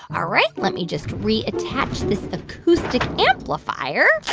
all right, let me just reattach this acoustic amplifier.